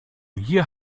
hier